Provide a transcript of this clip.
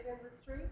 industry